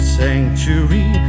sanctuary